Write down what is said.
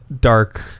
dark